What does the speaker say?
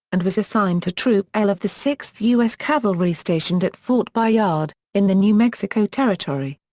and was assigned to troop l of the sixth u s. cavalry stationed at fort bayard, in the new mexico territory.